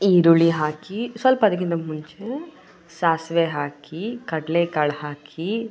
ಈರುಳ್ಳಿ ಹಾಕಿ ಸ್ವಲ್ಪ ಅದಕ್ಕಿಂತ ಮುಂಚೆ ಸಾಸಿವೆ ಹಾಕಿ ಕಡಲೆಕಾಳು ಹಾಕಿ